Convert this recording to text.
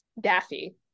Daffy